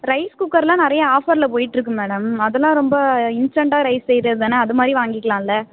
rice குக்கரெலாம் நிறைய ஆஃபரில் போயிட்ருக்குது மேடம் அதெல்லாம் ரொம்ப இன்ஸ்டன்ட்டாக ரைஸ் செய்வதுதான அது மாதிரி வாங்கிக்கலாம்ல